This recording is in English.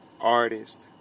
artist